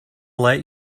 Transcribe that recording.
let